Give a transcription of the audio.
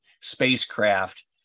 spacecraft